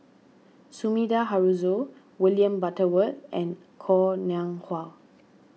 Sumida Haruzo William Butterworth and Koh Nguang Hua